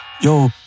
Yo